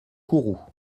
kourou